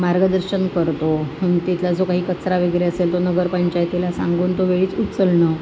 मार्गदर्शन करतो तिथला जो काही कचरा वगैरे असेल तो नगर पंचायतीला सांगून तो वेळीच उचलणं